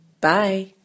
Bye